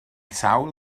sawl